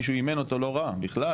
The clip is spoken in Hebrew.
מישהו אימן אותו לא רע בכלל,